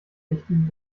wichtigen